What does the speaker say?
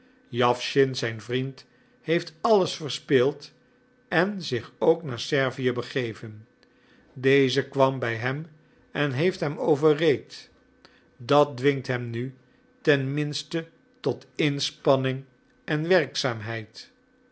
jawschin zijn vriend heeft alles verspeeld en zich ook naar servië begeven deze kwam bij hem en heeft hem overreed dat dwingt hem nu ten minste tot inspanning en werkzaamheid